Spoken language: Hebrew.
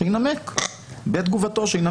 שינמק בתגובתו.